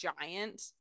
giant